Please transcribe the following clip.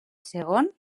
segon